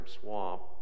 Swamp